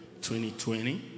2020